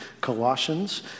Colossians